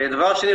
דבר שני,